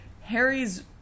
Harry's